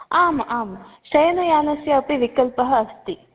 आम् आम् शयनयानस्य अपि विकल्पः अस्ति